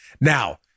Now